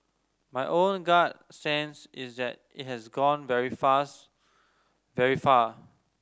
my own gut sense is that it has gone very fast very far